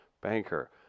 Banker